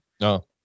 No